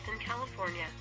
California